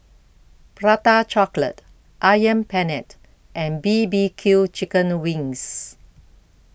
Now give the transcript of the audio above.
Prata Chocolate Ayam Penyet and B B Q Chicken Wings